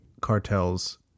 cartel's